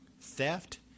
theft